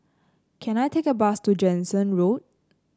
can I take a bus to Jansen Road